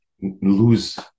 lose